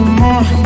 more